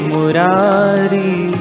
Murari